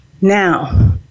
Now